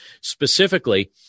specifically